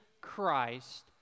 Christ